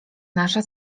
nasza